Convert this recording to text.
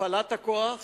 הפעלת הכוח